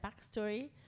backstory